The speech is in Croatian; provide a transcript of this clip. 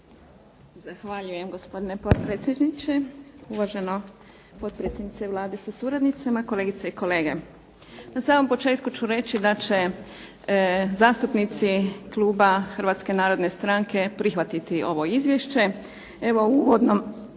Zahvaljujem gospodine potpredsjedniče, uvažena potpredsjednica Vlade sa suradnici, kolegice i kolege. Na samom početku ću reći da će zastupnici Kluba Hrvatske narodne stranke prihvatiti ovo izvješće.